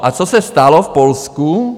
A co se stalo v Polsku?